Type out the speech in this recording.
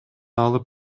алып